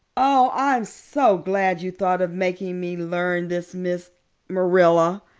oh, i'm so glad you thought of making me learn this, miss marilla.